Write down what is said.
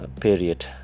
period